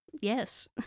Yes